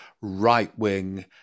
right-wing